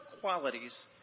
qualities